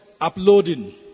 uploading